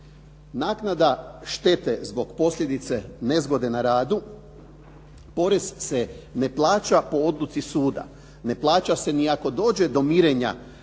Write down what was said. Naknada štete zbog posljedice nezgode na radu, porez se ne plaća po odluci suda, ne plaća se ni ako dođe do mirenja